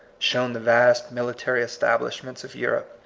shown the vast military establishments of europe,